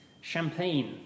Champagne